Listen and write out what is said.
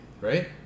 right